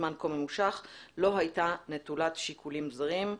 זמן כה ממושך לא הייתה נטולת שיקולים זרים".